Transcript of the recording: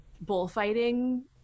bullfighting